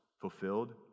fulfilled